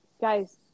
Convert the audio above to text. guys